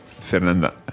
Fernanda